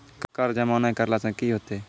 कर जमा नै करला से कि होतै?